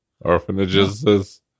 Orphanages